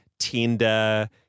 Tinder